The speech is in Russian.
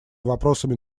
вопросами